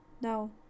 No